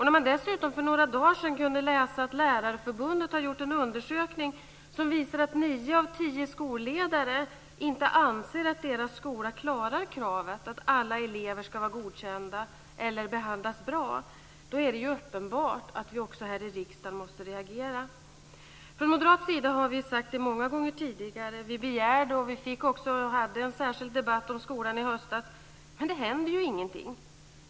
När man dessutom för några dagar sedan kunde läsa att Lärarförbundet har gjort en undersökning som visar att nio av tio skolledare inte anser att deras skola klarar kravet att alla elever ska vara godkända eller behandlas bra är det uppenbart att vi också här i riksdagen måste reagera. Från moderat sida har vi sagt det många gånger tidigare. Vi begärde och fick också en särskild debatt om skolan i höstas. Men det händer ju ingenting.